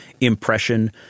impression